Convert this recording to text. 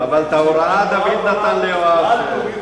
אבל את ההוראה דוד נתן ליואב.